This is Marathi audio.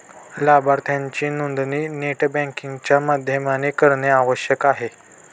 लाभार्थीची नोंदणी नेट बँकिंग च्या माध्यमाने करणे आवश्यक आहे